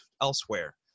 elsewhere